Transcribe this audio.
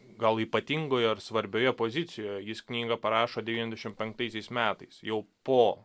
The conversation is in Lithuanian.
gal ypatingoje ar svarbioje pozicijoje jis knygą parašo devyniasdešimt penktaisiais metais jau po